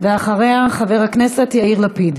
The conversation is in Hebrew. אחריה, חבר הכנסת יאיר לפיד.